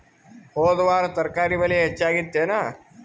ಹೊದ ವಾರ ತರಕಾರಿ ಬೆಲೆ ಹೆಚ್ಚಾಗಿತ್ತೇನ?